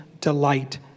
delight